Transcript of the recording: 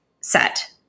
set